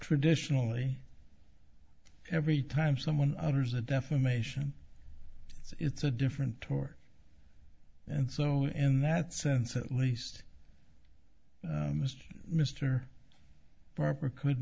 traditionally every time someone utters a defamation it's a different tort and so in that sense at least mr mr barber could